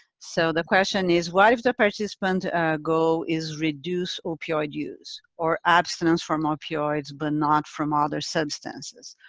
so the question is what if the participant goal is reduce opioid use or abstinence from opioids, but not from other substances.